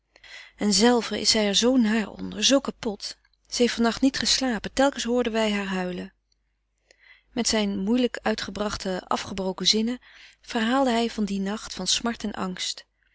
en zelve is zij er zoo naar onder zoo kapot ze heeft vannacht niet geslapen telkens hoorden wij haar huilen met zijn moeilijk uitgebrachte afgebroken zinnen verhaalde hij van dien nacht van smart en angst